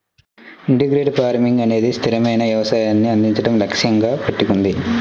integrated farming అనేది స్థిరమైన వ్యవసాయాన్ని అందించడం లక్ష్యంగా పెట్టుకుంది